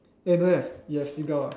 eh don't have you have seagull ah